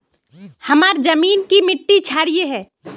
हमार जमीन की मिट्टी क्षारीय है?